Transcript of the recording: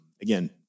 again